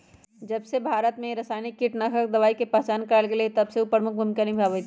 जबसे भारत में रसायनिक कीटनाशक दवाई के पहचान करावल गएल है तबसे उ प्रमुख भूमिका निभाई थई